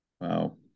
Wow